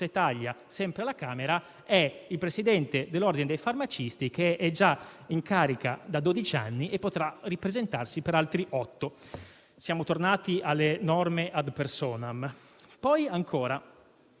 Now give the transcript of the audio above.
Italia, sempre alla Camera, è il presidente dell'ordine dei farmacisti che è già in carica da dodici anni e potrà ripresentarsi così per altri otto. Siamo tornati alle norme *ad personam.* Parliamo